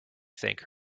think